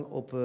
op